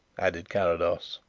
added carrados.